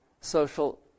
social